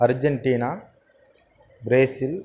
Argentina Brazil